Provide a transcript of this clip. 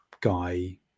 guy